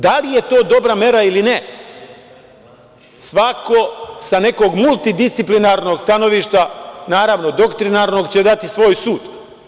Da li je to dobra mera ili ne, svako sa nekog multidisciplinarnog stanovišta, naravno, doktrinarnog, će dati svoj sud.